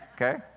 Okay